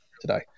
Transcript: today